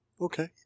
Okay